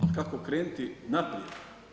Kako krenuti naprijed.